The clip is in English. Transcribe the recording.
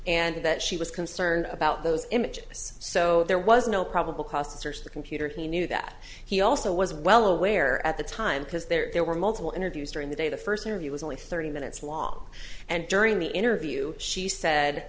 and that she was concerned about those images so there was no probable cause to search the computer he knew that he also was well aware at the time because there were multiple interviews during the day the first interview was only thirty minutes long and during the interview she said